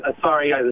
sorry